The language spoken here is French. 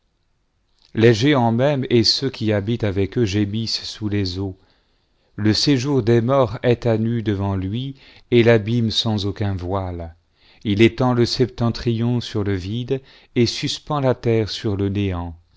les géants mêmes et ceux qui habitent avec eux gémisseiitsous les eaux le séjour des morts est à nu devant lui et l'abîme sans aucun voile il étend le septentrion sur le vide et suspend la terre sur le néant